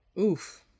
Oof